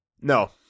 No